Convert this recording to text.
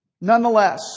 Nonetheless